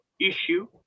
issue